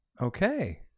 Okay